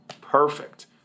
perfect